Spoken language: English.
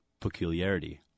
peculiarity